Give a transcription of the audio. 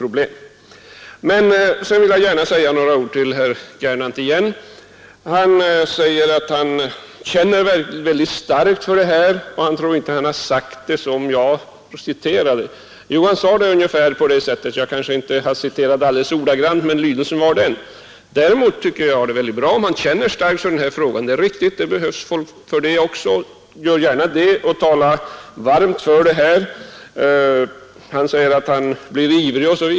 Sedan vill jag gärna säga några ord igen till herr Gernandt. Han påstår att han känner väldigt starkt för detta och han tror inte att han har uttryckt sig som jag citerade. Jo, herr Gernandt sade ungefär så. Jag kanske inte har citerat alldeles ordagrant, men lydelsen var densamma. Däremot tycker jag det är väldigt bra, om man känner starkt för denna fråga. Det är riktigt. Det behövs folk som gör det. Tala gärna varmt för detta. Herr Gernandt säger att han blir ivrig.